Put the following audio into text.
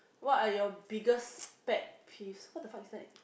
what are your biggest pet peeves what the fuck is that